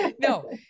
No